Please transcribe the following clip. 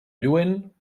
lluent